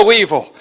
evil